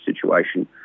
situation